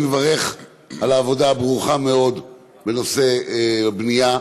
אני מברך על העבודה הברוכה מאוד בנושא הבנייה,